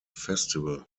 festival